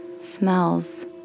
smells